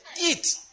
Eat